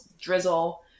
drizzle